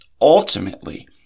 ultimately